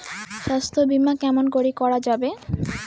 স্বাস্থ্য বিমা কেমন করি করা যাবে?